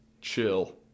Chill